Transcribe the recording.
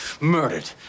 murdered